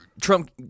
Trump